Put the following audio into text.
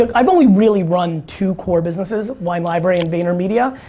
like i've only really run two core businesses wine library and vaynermedia.